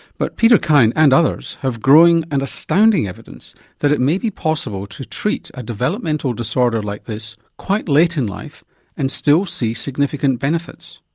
but peter kind and others have growing and astounding evidence that it may be possible to treat a developmental disorder like this quite late in life and still see significant benefits.